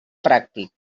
pràctic